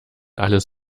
alles